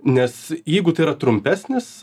nes jeigu tai yra trumpesnis